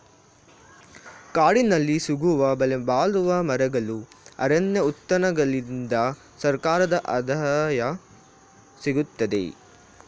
ಕಾಡಿನಲ್ಲಿ ಸಿಗುವ ಬೆಲೆಬಾಳುವ ಮರಗಳು, ಅರಣ್ಯ ಉತ್ಪನ್ನಗಳಿಂದ ಸರ್ಕಾರದ ಆದಾಯ ಸಿಗುತ್ತದೆ